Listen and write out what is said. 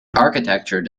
architecture